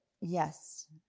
Yes